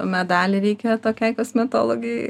medalį reikia tokiai kosmetologei